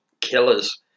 killers